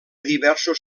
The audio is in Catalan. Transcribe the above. diversos